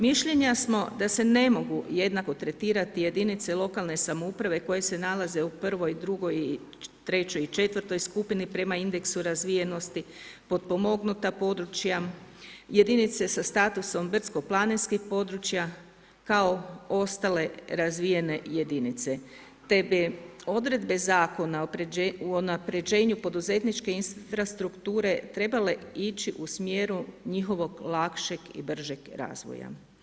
Mišljenja smo da se ne mogu jednako tretirati jedinice lokalne samouprave koje se nalaze u prvoj, drugo, trećoj i četvrtoj skupini prema indeksu razvijenosti, potpomognuta područja, jedinice sa statusom brdsko-planinskih područja kao ostale razvijene jedinice te bi odredbe Zakona o unapređenju poduzetničke infrastrukture trebale ići u smjeru njihovog lakšeg i bržeg razvoja.